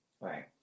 Right